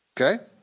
Okay